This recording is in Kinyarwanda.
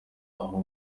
aho